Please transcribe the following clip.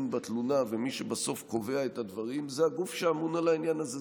בתלונה ומי שבסוף קובע את הדברים הוא הגוף שאמון על העניין הזה,